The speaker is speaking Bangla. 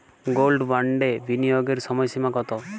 গোল্ড বন্ডে বিনিয়োগের সময়সীমা কতো?